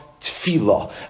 tefillah